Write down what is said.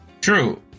true